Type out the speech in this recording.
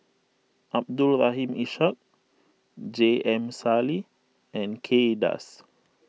Abdul Rahim Ishak J M Sali and Kay Das